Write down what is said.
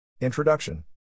Introduction